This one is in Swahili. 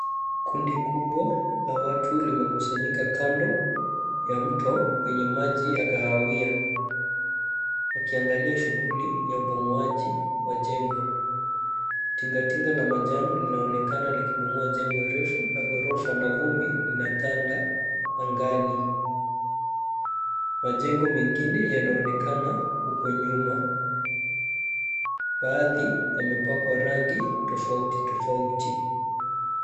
Kundi kubwa la watu limekusanyika kando ya mto wenye maji ya kahawia, wakiangalia shughuli ya ubomoaji wa jengo. Tingatinga la manjano linaonekana likibomoa jengo refu la ghorofa na vumbi inatanda angani. Majengo mengine yanaonekana huko nyuma. Baadhi yamepakwa rangi tofautitofauti.